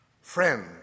Friend